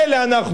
מילא אנחנו.